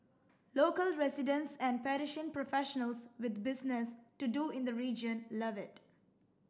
local residents and Parisian professionals with business to do in the region love it